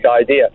idea